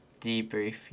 Debrief